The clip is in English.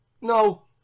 No